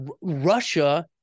Russia